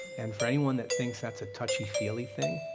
and for anyone that thinks that's a touchy-feely thing,